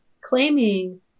claiming